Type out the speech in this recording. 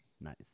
Nice